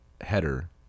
header